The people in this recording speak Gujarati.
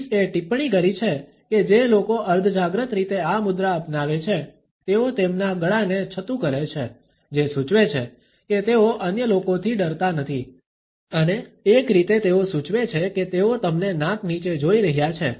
પીસએ ટિપ્પણી કરી છે કે જે લોકો અર્ધજાગ્રત રીતે આ મુદ્રા અપનાવે છે તેઓ તેમના ગળાને છતુ કરે છે જે સૂચવે છે કે તેઓ અન્ય લોકોથી ડરતા નથી અને એક રીતે તેઓ સૂચવે છે કે તેઓ તમને નાક નીચે જોઈ રહ્યા છે